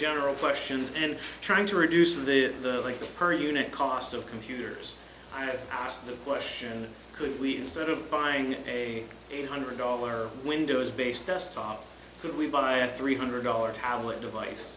general questions and trying to reduce their the like the per unit cost of computers i have asked the question could we instead of buying a hundred dollar windows based us top could we buy a three hundred dollar tower device